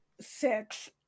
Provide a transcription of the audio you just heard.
six